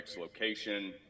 location